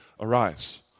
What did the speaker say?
arise